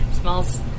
smells